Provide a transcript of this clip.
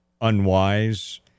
unwise